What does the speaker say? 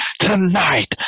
tonight